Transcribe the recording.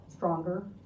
stronger